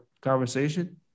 conversation